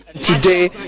Today